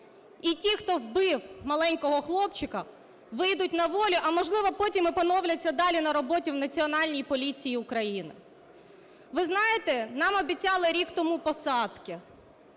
І ті, хто вбив маленького хлопчика, вийдуть на волю, а, можливо, потім і поновляться далі на роботі в Національній поліції України. Ви знаєте, нам обіцяли рік тому посадки.